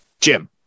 Jim